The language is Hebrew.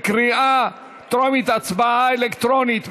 קריאה טרומית, בהצבעה אלקטרונית.